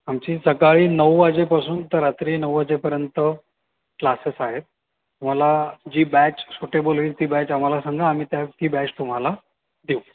आमची सकाळी नऊ वाजेपासून तर रात्री नऊ वाजेपर्यंत क्लासेस आहेत तुम्हाला जी बॅच सुटेबल होईल ती बॅच आम्हाला सांगा आम्ही त्या ती बॅच तुम्हाला देऊ